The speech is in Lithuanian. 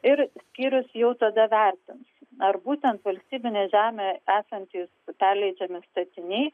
ir skyrius jau tada vertins ar būtent valstybinej žemej esantys perleidžiami statiniai